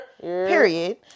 Period